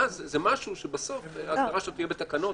ואז זה משהו שבסוף ההגדרה שלו תהיה בתקנות,